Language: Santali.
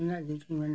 ᱤᱱᱟᱹᱜ ᱜᱮᱠᱚ ᱢᱮᱱᱟ